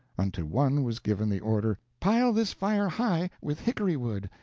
unto one was given the order, pile this fire high, with hickory wood,